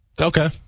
Okay